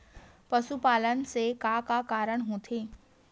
पशुपालन से का का कारण होथे?